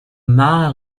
mara